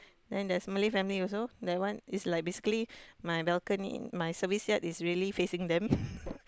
then there's Malay family also that one is like basically my balcony my service yard is really facing them